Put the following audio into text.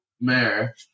mayor